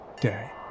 day